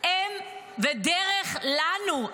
אם ודרך לנו.